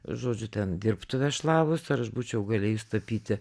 žodžiu ten dirbtuves šlavus ar aš būčiau galėjus tapyti